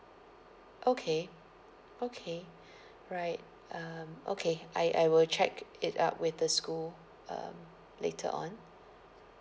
okay okay right um okay I I will check it out with the school um later on